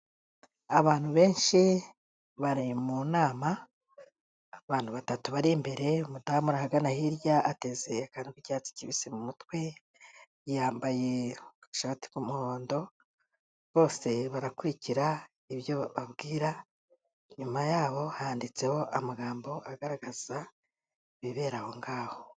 Abantu benshi bari mu nama abantu batatu bari imbere, umudamu uri ahagana hirya ateze akantu k'icyatsi kibisi mu mutwe, yambaye agashati k'umuhondo, bose barakurikira ibyo bababwira inyuma yabo handitseho amagambo agaragaza ibibera aho ngaho.